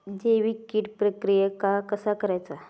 जैविक कीड प्रक्रियेक कसा करायचा?